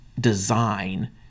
design